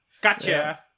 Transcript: gotcha